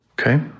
Okay